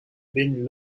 been